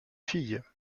fille